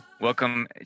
Welcome